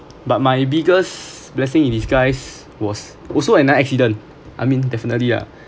but my biggest blessing in disguise was also another accident I mean definitely ah